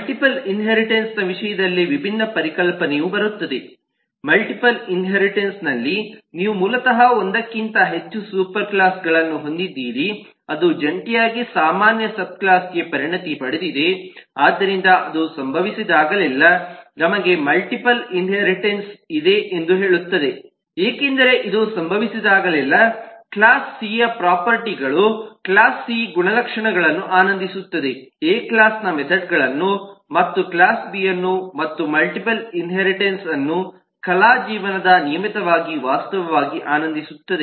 multiple ಇನ್ಹೇರಿಟನ್ಸ್ನ ವಿಷಯದಲ್ಲಿ ವಿಭಿನ್ನ ಪರಿಕಲ್ಪನೆಯು ಬರುತ್ತದೆ ಮಲ್ಟಿಪಲ್ ಇನ್ಹೇರಿಟನ್ಸ್ನಲ್ಲಿ ನೀವು ಮೂಲತಃ ಒಂದಕ್ಕಿಂತ ಹೆಚ್ಚು ಸೂಪರ್ ಕ್ಲಾಸ್ಗಳನ್ನು ಹೊಂದಿದ್ದೀರಿ ಅದು ಜಂಟಿಯಾಗಿ ಸಾಮಾನ್ಯ ಸಬ್ ಕ್ಲಾಸ್ಗೆ ಪರಿಣತಿ ಪಡೆದಿದೆ ಆದ್ದರಿಂದ ಅದು ಸಂಭವಿಸಿದಾಗಲೆಲ್ಲಾ ನಮಗೆ ಮಲ್ಟಿಪಲ್ ಇನ್ಹೇರಿಟನ್ಸ್ ಇದೆ ಎಂದು ಹೇಳುತ್ತೇವೆ ಏಕೆಂದರೆ ಇದು ಸಂಭವಿಸಿದಾಗಲೆಲ್ಲ ಕ್ಲಾಸ್ ಸಿಯ ಪ್ರೊಫರ್ಟಿಗಳುಕ್ಲಾಸ್ ಸಿ ಗುಣಲಕ್ಷಣಗಳನ್ನು ಆನಂದಿಸುತ್ತದೆಎ ಕ್ಲಾಸ್ನ ಮೆಥೆಡ್ಗಳನ್ನು ಮತ್ತು ಕ್ಲಾಸ್ ಬಿಅನ್ನು ಮತ್ತು ಮಲ್ಟಿಪಲ್ ಇನ್ಹೇರಿಟನ್ಸ್ಅನ್ನು ಕಲಾ ಜೀವನದ ನಿಯಮಿತ ವಾಸ್ತವಾಗಿ ಆನಂದಿಸುತ್ತದೆ